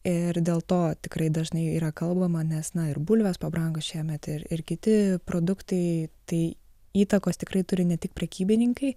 ir dėl to tikrai dažnai yra kalbama nes na ir bulvės pabrango šiemet ir ir kiti produktai tai įtakos tikrai turi ne tik prekybininkai